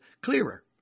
clearer